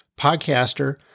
podcaster